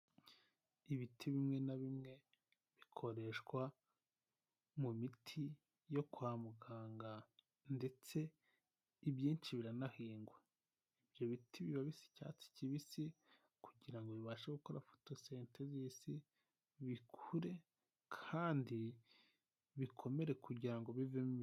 Ibiti bimwe na bimwe bikoreshwa mu miti yo kwa muganga ndetse ibyinshi biranahingwa, ibyo biti biba bisa icyatsi kibisi kugira ngo bibashe gukora fotosentesisi bikure kandi bikomere kugira ngo bivemo,